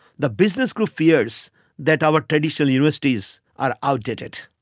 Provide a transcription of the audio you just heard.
the business group fears that our traditional universities are out-dated.